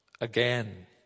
again